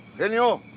danielle